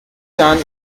jahren